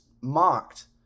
mocked